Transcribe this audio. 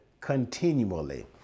continually